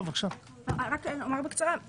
אני רוצה רק לומר בקצרה,